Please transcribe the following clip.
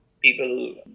people